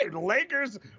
Lakers